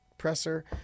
presser